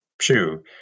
shoe